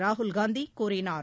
ராகுல்காந்தி கூறினார்